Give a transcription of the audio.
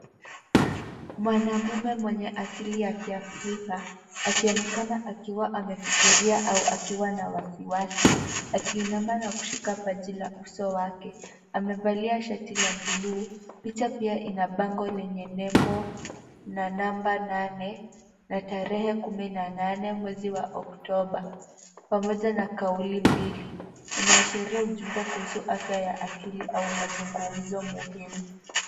Mwanamume mwenye asili ya kiafrika akionekana akiwa amefikiria au akiwa na wasiwasi akiinama na kushika paji la uso wake. Amevalia shati la buluu. Picha pia ina bango lenye nembo na namba nane na tarehe kumi na nane mwezi wa oktoba pamoja na kauli mbili. Inaashiria ujumbe kuhusu afya ya akili au mazungumzo muhimu.